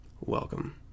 welcome